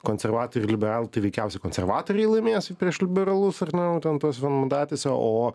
konservatoriai liberalai tai veikiausiai konservatoriai laimės prieš liberalus ar ne nu ten tos vienmandatėse o